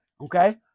Okay